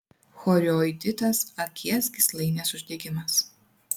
chorioiditas akies gyslainės uždegimas